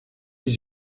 dix